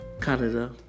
Canada